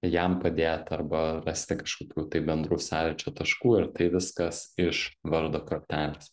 jam padėt arba rasti kažkokių tai bendrų sąlyčio taškų ir tai viskas iš vardo kortelės